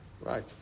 Right